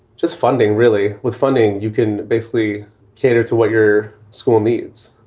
just funding, really, with funding, you can basically cater to what your school needs.